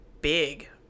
big